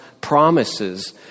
promises